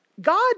God